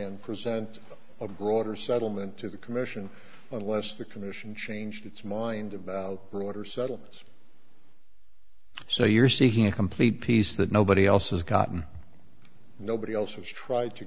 and present a broader settlement to the commission unless the commission changed its mind about broader settlements so you're seeking a complete piece that nobody else has gotten and nobody else has tried to